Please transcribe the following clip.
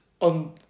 on